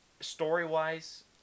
Story-wise